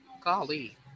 Golly